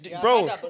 Bro